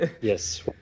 yes